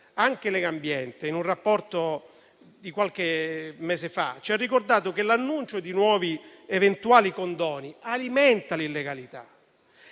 Anche Legambiente, in un rapporto di qualche mese fa, ci ha ricordato che l'annuncio di nuovi eventuali condoni alimenta l'illegalità.